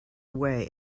away